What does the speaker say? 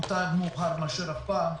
מוטב מאוחר מאשר אף פעם.